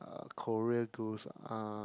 uh Korea goals uh